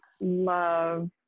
love